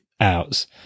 outs